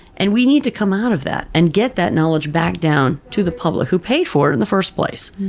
and we need to come out of that and get that knowledge back down to the public who pay for it in the first place.